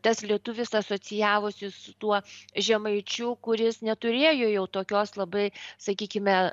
tas lietuvis asocijavosi su tuo žemaičiu kuris neturėjo jau tokios labai sakykime